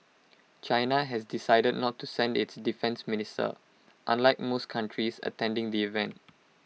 China has decided not to send its defence minister unlike most countries attending the event